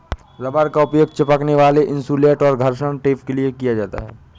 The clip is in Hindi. रबर का उपयोग चिपकने वाला इन्सुलेट और घर्षण टेप के लिए किया जाता है